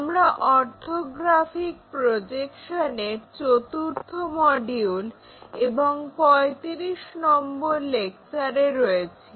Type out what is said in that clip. আমরা অর্থোগ্রাফিক প্রজেকশনের চতুর্থ মডিউল এবং 35 নম্বর লেকচারে রয়েছি